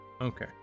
Okay